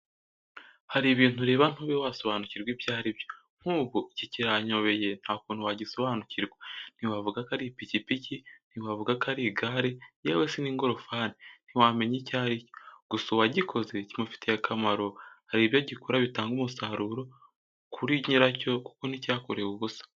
Hari ibintu ureba ntube wasobanukirwa ibyo ari byo, nk'ubu iki kiranyobeye nta kuntu wagisobanukirwa, ntiwavuga ko ari ipikipiki, ntiwavuga ko ari igare yewe si n'ingorofani, ntiwamenya icyo ari cyo, gusa uwagikoze kimufitiye akamaro hari ibyo gikora bitanga umusaruro kuri nyiracyo kuko nticyakorewe ubusa.